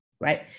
right